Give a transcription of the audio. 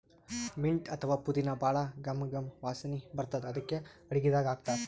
mint ಅಥವಾ ಪುದಿನಾ ಭಾಳ್ ಘಮ್ ಘಮ್ ವಾಸನಿ ಬರ್ತದ್ ಅದಕ್ಕೆ ಅಡಗಿದಾಗ್ ಹಾಕ್ತಾರ್